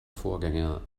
vorgänger